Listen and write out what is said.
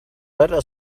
letter